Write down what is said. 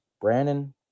Brandon